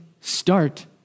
start